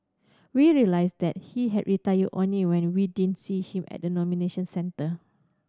we realised that he had retired only when we didn't see him at the nomination centre